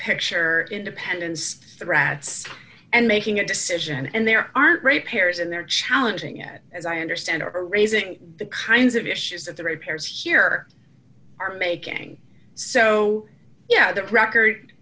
picture independence of rats and making a decision and there aren't repairs and they're challenging yet as i understand are raising the kinds of issues that the repairs here are making so yeah that record